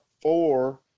four